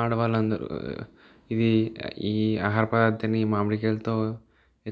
ఆడవాళ్ళు అందరు ఇది ఈ ఆహార పదార్ధాన్ని మామిడి కాయలతో